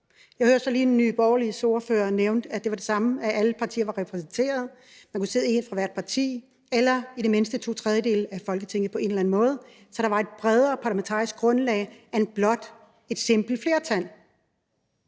Jeg hører så lige Nye Borgerliges ordfører nævne det samme: at alle partier kunne være repræsenteret, at der kunne sidde en fra hvert parti eller i det mindste to tredjedele af Folketinget på en eller anden måde, så der var et bredere parlamentarisk grundlag end blot et simpelt flertal.